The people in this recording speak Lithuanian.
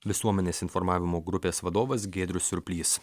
visuomenės informavimo grupės vadovas giedrius surplys